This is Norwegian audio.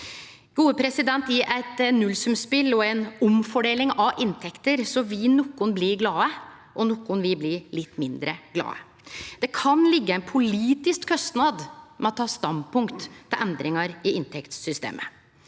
å bere? I eit nullsumspel og ei omfordeling av inntekter vil nokon bli glade, og nokon vil bli litt mindre glade. Det kan liggje ein politisk kostnad med å ta standpunkt til endringar i inntektssystemet.